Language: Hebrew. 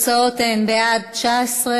ההצעה להעביר את הצעת חוק לתיקון פקודת מס הכנסה (מס'